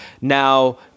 Now